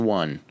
one